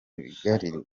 bigari